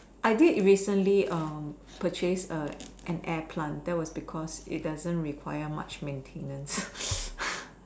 I did recently um purchase uh an air plant that was because it doesn't require much maintenance